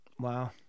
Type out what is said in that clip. wow